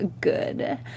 good